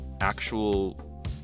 actual